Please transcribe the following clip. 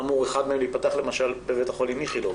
אמור אחד מהם להיפתח למשל בבית חולים איכילוב.